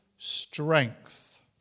Strength